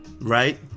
right